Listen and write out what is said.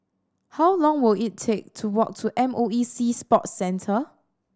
how long will it take to walk to M O E Sea Sports Centre